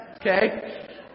Okay